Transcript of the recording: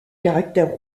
caractères